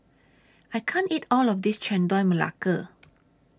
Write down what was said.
I can't eat All of This Chendol Melaka